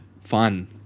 fun